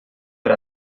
per